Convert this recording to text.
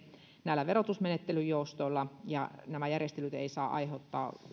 näillä verotusmenettelyjoustoilla ja nämä järjestelyt eivät saa aiheuttaa